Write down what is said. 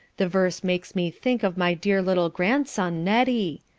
the verse makes me think of my dear little grandson neddie.